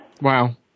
Wow